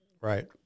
Right